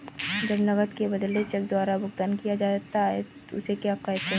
जब नकद के बदले चेक द्वारा भुगतान किया जाता हैं उसे क्या कहते है?